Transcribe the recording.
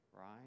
right